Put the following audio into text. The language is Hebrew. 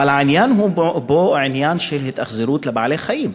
העניין פה הוא של התאכזרות לבעלי-חיים.